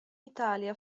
italia